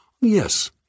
Yes